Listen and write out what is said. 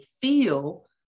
feel